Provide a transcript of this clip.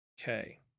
okay